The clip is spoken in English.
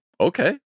okay